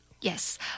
Yes